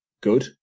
good